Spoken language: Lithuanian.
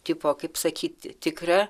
tipo kaip sakyti tikra